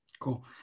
Cool